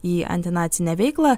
į antinacinę veiklą